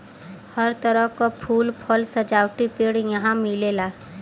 हर तरह क फूल, फल, सजावटी पेड़ यहां मिलेला